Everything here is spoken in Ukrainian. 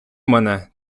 мене